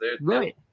right